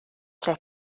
lle